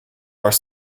are